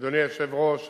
אדוני היושב-ראש,